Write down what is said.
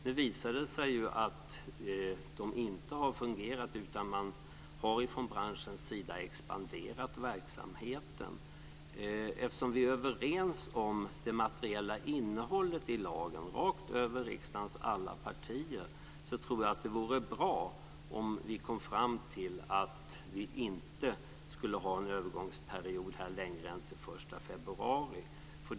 Det visade sig att de inte har fungerat, utan man har från branschens sida expanderat verksamheten. Eftersom vi är överens om det materiella innehållet i lagen rakt över riksdagens alla partier tror jag att det vore bra om vi kom fram till att vi inte skulle ha en övergångsperiod längre än till den 1 februari.